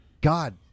God